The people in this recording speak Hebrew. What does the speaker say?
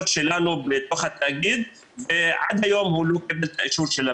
שלנו בתוך התאגיד ועד היום הוא לא קיבל את האישור.